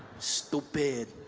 stupid!